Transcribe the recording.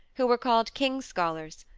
who were called king's scholars,